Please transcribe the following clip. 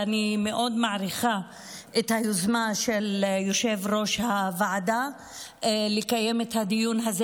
ואני מאוד מעריכה את היוזמה של יושב-ראש הוועדה לקיים את הדיון הזה